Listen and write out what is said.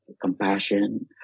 compassion